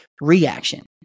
reaction